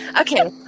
Okay